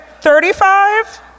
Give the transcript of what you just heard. Thirty-five